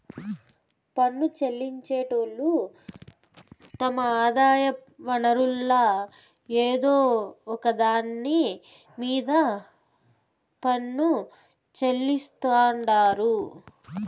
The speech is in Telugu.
పన్ను చెల్లించేటోళ్లు తమ ఆదాయ వనరుల్ల ఏదో ఒక దాన్ని మీద పన్ను చెల్లిస్తాండారు